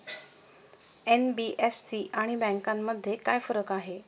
NBFC आणि बँकांमध्ये काय फरक आहे?